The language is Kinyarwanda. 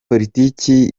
politiki